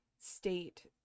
state